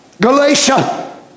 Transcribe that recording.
Galatia